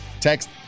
Text